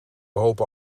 hopen